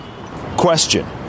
Question